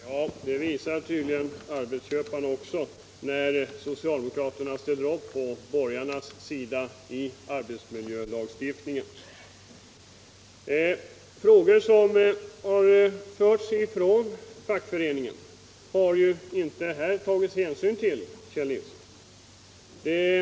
Herr talman! Ja, det gäller tydligen arbetsköparna också, när socialdemokraterna ställer upp på borgarnas sida i arbetsmiljölagstiftningen. Frågor som förts fram från fackföreningarna har det ju inte tagits hänsyn till, Kjell Nilsson.